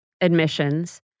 admissions